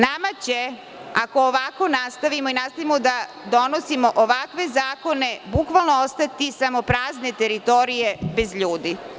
Nama će, ako ovako nastavimo i nastavimo da donosimo ovakve zakone, bukvalno ostati samo prazne teritorije bez ljudi.